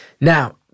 Now